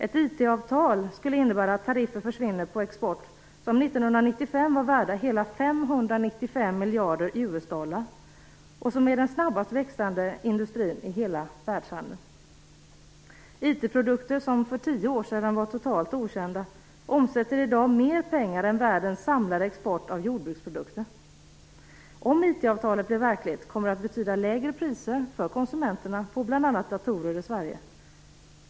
Ett IT-avtal skulle innebära att tariffer försvinner på en export som 1995 var värd hela 595 miljarder US-dollar. Det är den snabbast växande industrin i hela världshandeln. IT-produkter som för tio år sedan var totalt okända, omsätter i dag mer pengar än världens samlade export av jordbruksprodukter. Om IT-avtalet blir verklighet, kommer det att betyda lägre priser för konsumenterna på bl.a. datorer i Sverige.